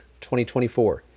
2024